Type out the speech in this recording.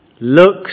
looks